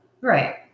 Right